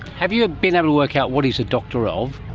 have you been able to work out what he's a doctor of?